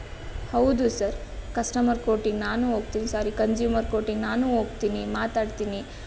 ಹೌದು sir customer ಕೋರ್ಟಿಗೆ ನಾನೂ ಹೋಗ್ತೀನಿ ಸಾರಿ ಕನ್ಸ್ಯೂಮರ್ ಕೋರ್ಟಿಗೆ ನಾನೂ ಹೋಗ್ತೀನಿ ಮಾತಾಡ್ತೀನಿ